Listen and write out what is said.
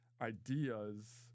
ideas